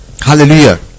hallelujah